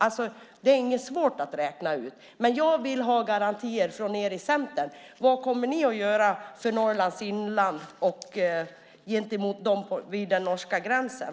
Det är inte svårt att räkna ut. Jag vill ha garantier från er i Centern. Vad kommer ni att göra för Norrlands inland och vid den norska gränsen?